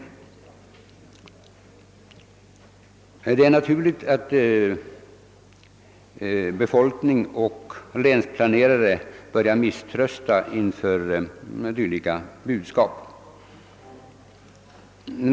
Det är naturligt att befolkning och länsplanerare börjar misströsta inför dylika budskap.